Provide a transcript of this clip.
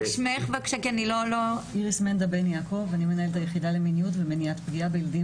אני מנהלת היחידה למיניות ומניעת פגיעה בילדים